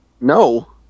No